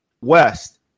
west